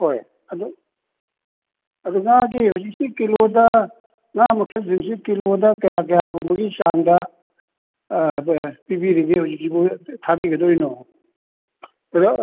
ꯍꯣꯏ ꯑꯗꯨ ꯑꯗꯨ ꯉꯥꯒꯤ ꯍꯧꯖꯤꯛꯁꯤ ꯀꯤꯂꯣꯗ ꯉꯥ ꯃꯈꯜꯁꯤꯡꯁꯤ ꯀꯤꯂꯣꯗ ꯀꯌꯥ ꯀꯌꯥꯒꯨꯝꯕꯒꯤ ꯆꯥꯡꯗ ꯄꯤꯕꯤꯔꯤꯒꯦ ꯍꯧꯖꯤꯛꯁꯤꯕꯨ ꯊꯥꯕꯤꯒꯗꯣꯏꯅꯣ